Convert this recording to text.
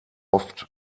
oft